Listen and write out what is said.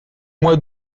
mois